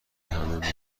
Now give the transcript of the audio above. همه